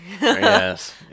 Yes